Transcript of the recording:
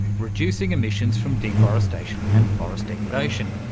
reducing emissions from deforestation and forest degradation.